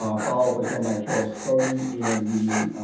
um follow up was done by carol scoden and we